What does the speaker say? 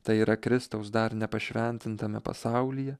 tai yra kristaus dar nepašventintame pasaulyje